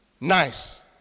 nice